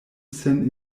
sen